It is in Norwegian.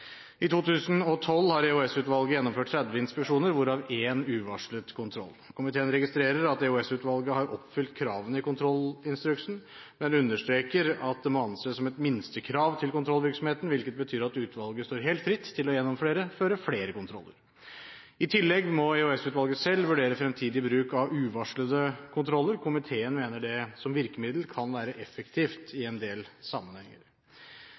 I 2012 har EOS-utvalget gjennomført 30 inspeksjoner, hvorav en uvarslet kontroll. Komiteen registrerer at EOS-utvalget har oppfylt kravene i kontrollinstruksen, men understreker at det må anses som et minstekrav til kontrollvirksomheten, hvilket betyr at utvalget står helt fritt til å gjennomføre flere kontroller. I tillegg må EOS-utvalget selv vurdere fremtidig bruk av uvarslede kontroller. Komiteen mener det som virkemiddel kan være effektivt i en del sammenhenger.